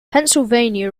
pennsylvania